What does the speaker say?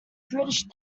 british